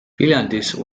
viljandis